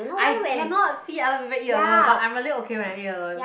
I cannot see other people eat alone but I'm really okay when I eat alone